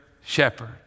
shepherd